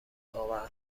بودواقعا